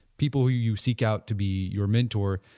people who you seek out to be your mentor,